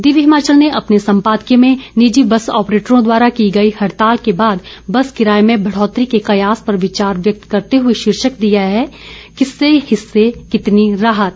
दिव्य हिमाचल ने अपने संपादकीय में निजी बस ऑपरेटरों द्वारा की गई हड़ताल के बाद बस किराए में बढ़ोतरी के कयास पर विचार व्यक्त करते हए शीर्षक दिया है किसके हिस्से कितनी राहत